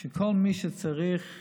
כל מי שצריך,